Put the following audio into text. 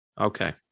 Okay